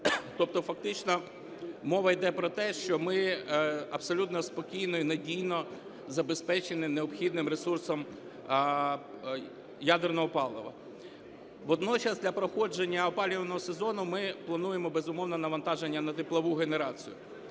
Тобто фактично мова йде про те, що ми абсолютно спокійно і надійно забезпечені необхідним ресурсом ядерного палива. Водночас для проходження опалювального сезону ми плануємо, безумовно, навантаження на теплову генерацію.